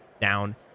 down